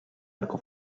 arco